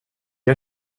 har